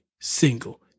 single